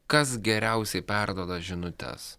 kas geriausiai perduoda žinutes